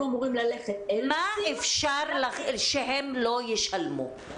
אמורים ללכת --- מה אפשר שהם לא ישלמו?